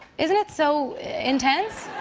isn't it so intense?